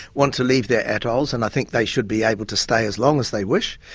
want to leave their atolls, and i think they should be able to stay as long as they wish,